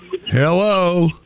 Hello